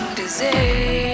disease